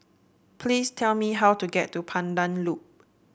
please tell me how to get to Pandan Loop